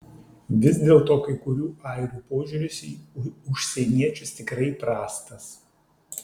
vis dėlto kai kurių airių požiūris į užsieniečius tikrai prastas